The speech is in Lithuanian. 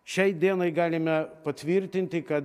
šiai dienai galime patvirtinti kad